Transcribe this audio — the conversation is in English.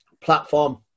platform